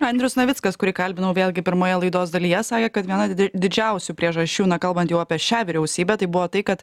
andrius navickas kurį kalbinau vėlgi pirmoje laidos dalyje sakė kad viena didžiausių priežasčių na kalbant jau apie šią vyriausybę tai buvo tai kad